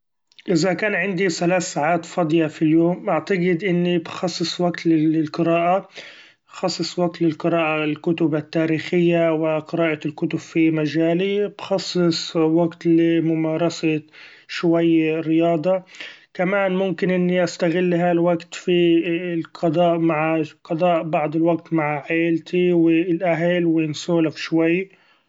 إذا كان عندي ثلاث ساعات فاضيه ف اليوم بعتقد إني بخصص وقت للقراءة ، خصص وقت للقراءة الكتب التاريخية و قراءة الكتب في مجالي بخصص وقت لي ممارسة شوي رياضه ، كمان ممكن إني استغل هالوقت في القضاء مع قضاء بعض الوقت مع عيلتي والأهل و نسولف شوي.